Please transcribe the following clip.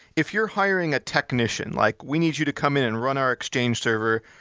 if you're hiring a technician like, we need you to come in and run our exchange server.